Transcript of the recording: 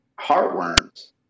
heartworms